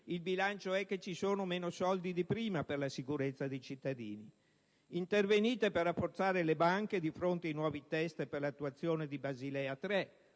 il bilancio è che ci sono meno soldi di prima per la sicurezza dei cittadini. Si interviene per rafforzare le banche di fronte ai nuovi test per l'attuazione di Basilea 3.